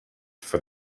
for